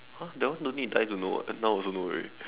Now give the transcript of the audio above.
!huh! that one don't need die to know what now also know already